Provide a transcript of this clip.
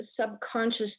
subconscious